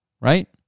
Right